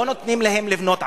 לא נותנים להם לבנות עליהם,